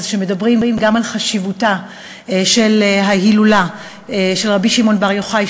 מדברים על חשיבותה של ההילולה של רבי שמעון בר יוחאי,